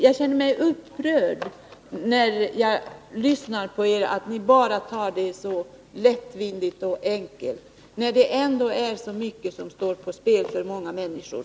Jag känner mig upprörd när jag lyssnar på er över att ni tar det hela så lättvindigt, när det ändå är så mycket som står på spel för så många människor.